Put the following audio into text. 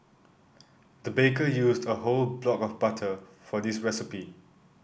the baker used a whole block of butter for this recipe